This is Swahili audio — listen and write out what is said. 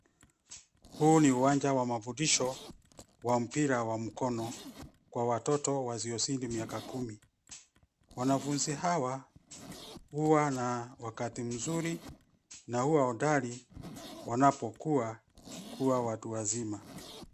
Huu ni uwanja wa mafundisho wa mpira wa mkono kwa watoto wasiozidi miaka kumi. Wanafunzi hawa huwa na wakati mzuri na huwa hodari wanapokua kuwa watu wazima.